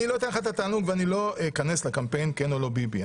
אני לא אתן לך את התענוג ואני לא אכנס לקמפיין כן או לא ביבי.